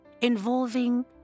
involving